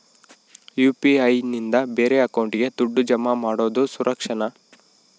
UPI ನಿಂದ ಬೇರೆ ಅಕೌಂಟಿಗೆ ದುಡ್ಡು ಜಮಾ ಮಾಡೋದು ಸುರಕ್ಷಾನಾ?